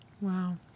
Wow